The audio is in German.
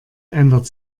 ändert